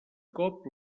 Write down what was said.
cop